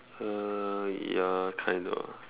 uh ya kind of